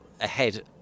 ahead